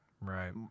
Right